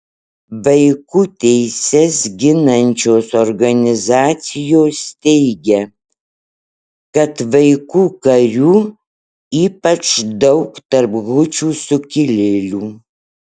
vaikų teises ginančios organizacijos teigia kad vaikų karių ypač daug tarp hučių sukilėlių